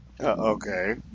Okay